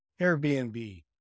Airbnb